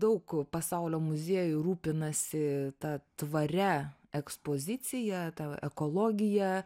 daug pasaulio muziejų rūpinasi ta tvaria ekspozicija ta va ekologija